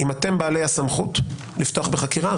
אם אתם בעלי הסמכות לפתוח בחקירה,